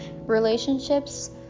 relationships